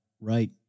right